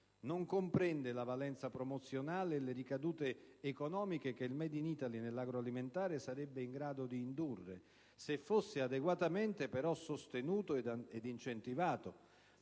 non comprende la valenza promozionale e le ricadute economiche che il *made in Italy* nell'agroalimentare sarebbe in grado di indurre se fosse adeguatamente sostenuto e incentivato,